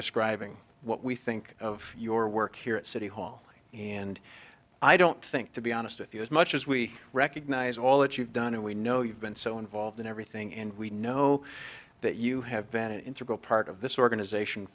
describing what we think of your work here at city hall and i don't think to be honest with you as much as we recognize all that you've done and we know you've been so involved in everything and we know that you have been an integral part of this organization